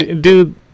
Dude